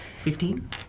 Fifteen